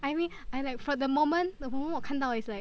I mean I'm like for the moment the moment 我看到 it's like